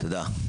תודה רבה.